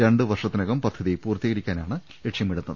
രണ്ടു വർഷത്തിനകം പ്രദ്ധതി പൂർത്തീകരിക്കാനാണ് ലക്ഷ്യമിടുന്നത്